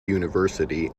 university